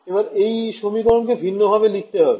এবার এই সমীকরণকে ভিন্ন ভাবে লিখতে হবে